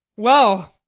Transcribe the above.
well,